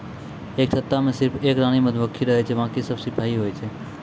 एक छत्ता मॅ सिर्फ एक रानी मधुमक्खी रहै छै बाकी सब सिपाही होय छै